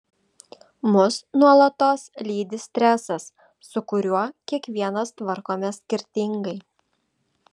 mus nuolatos lydi stresas su kuriuo kiekvienas tvarkomės skirtingai